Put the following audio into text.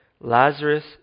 Lazarus